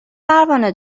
پروانه